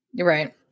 Right